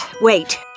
wait